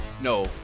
No